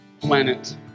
planet